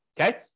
Okay